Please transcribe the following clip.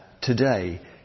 today